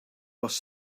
was